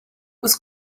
was